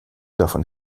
davon